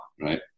right